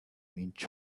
inch